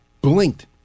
blinked